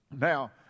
Now